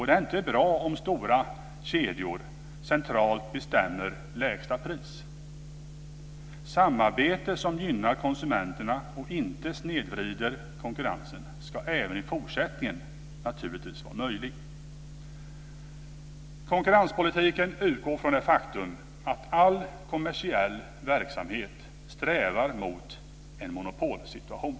Det är inte bra om stora kedjor centralt bestämmer lägsta pris. Samarbete som gynnar konsumenterna och inte snedvrider konkurrensen ska även i fortsättningen naturligtvis vara möjligt. Konkurrenspolitiken utgår från det faktum att all kommersiell verksamhet strävar mot en monopolsituation.